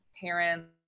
parents